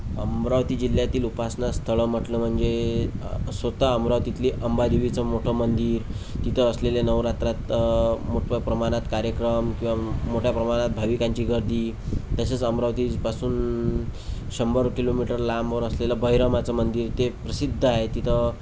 अमरावती जिल्ह्यातील उपासना स्थळं म्हटलं म्हणजे स्वतः अमरावतीतली अंबादेवीचं मोठं मंदिर तिथं असलेले नवरात्रात मोठ्या प्रमाणात कार्यक्रम किंवा मोठ्या प्रमाणात भाविकांची गर्दी तसेच अमरावतीपासून शंभर किलोमीटर लांबवर असलेलं भैरमाचं मंदिर ते प्रसिद्ध आहे तिथं